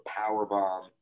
powerbomb